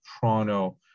Toronto